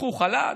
קחו חל"ת,